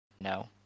No